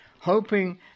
hoping